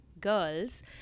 girls